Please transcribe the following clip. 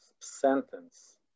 sentence